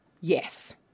Yes